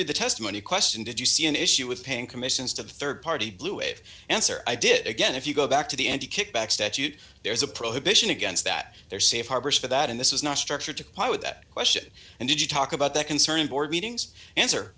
read the testimony question did you see an issue with paying commissions to the rd party blue wave answer i did it again if you go back to the end you kick back statute there's a prohibition against that they're safe harbors for that and this is not structured to that question and did you talk about that concern board meetings answer